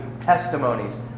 testimonies